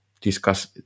discuss